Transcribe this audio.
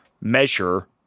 measure